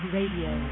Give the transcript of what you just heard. Radio